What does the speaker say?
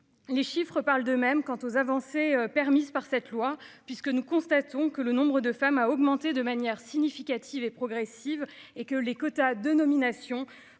Les chiffres parlent d'eux-mêmes quant aux avancées permises par cette loi puisque nous constatons que le nombre de femmes a augmenté de manière significative et progressive et que les quotas de nominations